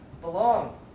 belong